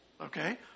Okay